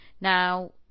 Now